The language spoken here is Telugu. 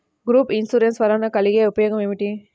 గ్రూప్ ఇన్సూరెన్స్ వలన కలిగే ఉపయోగమేమిటీ?